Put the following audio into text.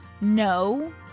No